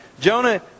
Jonah